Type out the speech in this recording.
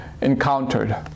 encountered